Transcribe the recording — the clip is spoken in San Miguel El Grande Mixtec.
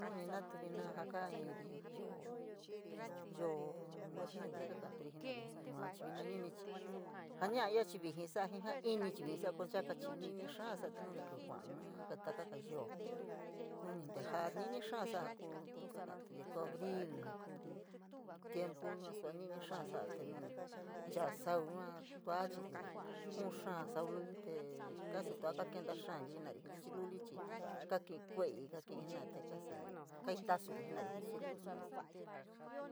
Nuni natu vina ja kaa iiri yoo, yoo noviembre kaka’aturi jii jena’ari yua chii vina ñu’ni chii jaa ño’a ya’a chii vijii sa’a ji ja inichii vijiin sa’a ko nchaka ni’ni xaa sa’a. Tee nu ni ka kíví kua’a níí takaga yoo, nu ni nteja’a ni’ni xaa sa’a ja kuu yoo abril, ja kuu tiempu sua ni’ni xaa sau luli tee casi tua kakenta xaari jenari jii suchiluli chii kaa kii kue’eii ka ki’i kue’e jena’aii casi kaintasuri jena’ari jii suchi luli.